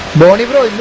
body